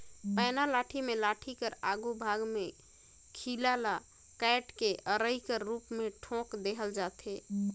पैना लाठी मे लाठी कर आघु भाग मे खीला ल काएट के अरई कर रूप मे ठोएक देहल जाथे